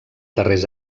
darrers